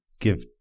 give